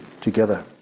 together